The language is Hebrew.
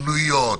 בנויות,